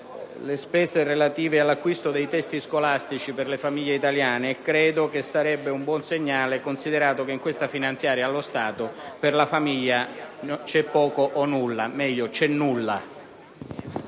le spese relative all'acquisto dei testi scolastici per le famiglie italiane; credo sarebbe un buon segnale, considerato che in questa finanziaria, allo stato, per la famiglia c'è poco o nulla: meglio, c'è il nulla!